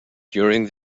during